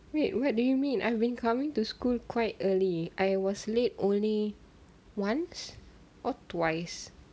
wait what do you mean I've been coming to school quite early I was late only once or twice